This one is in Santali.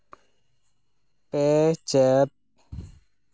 ᱯᱮ ᱪᱟᱹᱛ